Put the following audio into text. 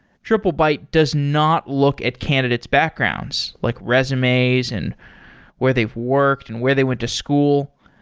triplebyte does not look at candidate's backgrounds, like resumes and where they've worked and where they went to school.